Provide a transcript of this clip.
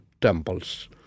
temples